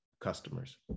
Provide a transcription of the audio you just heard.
customers